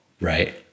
right